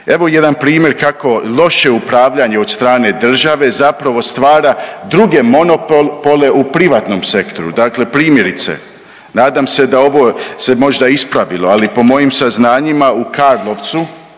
Evo jedan primjer kako loše upravljanje od strane države zapravo stvara druge monopole u privatnom sektoru. Dakle primjerice, nadam se da ovo se možda ispravilo. Ali po mojim saznanjima u Karlovcu